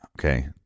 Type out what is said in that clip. Okay